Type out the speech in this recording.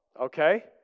Okay